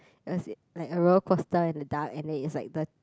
it was it like a roller coaster in the dark and then it's like the